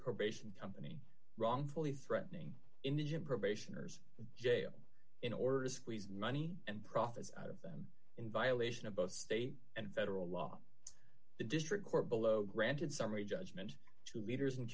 probation company wrongfully threatening indigent probationers jail in order to squeeze money and profit in violation of both state and federal law the district court below granted summary judgment to leaders and